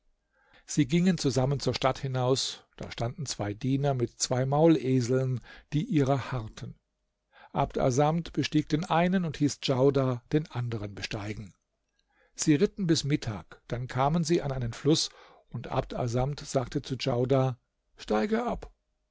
sie gingen zusammen zur stadt hinaus da standen zwei diener mit zwei mauleseln die ihrer harrten abd assamd bestieg den einen und hieß djaudar den anderen besteigen sie ritten bis mittag da kamen sie an einem fluß und abd assamd sagte zu djaudar steige ab